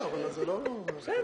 אני לא יכול לשאול את השאלות.